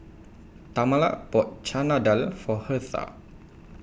Tamala bought Chana Dal For Hertha